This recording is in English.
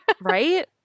Right